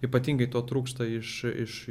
ypatingai to trūksta iš iš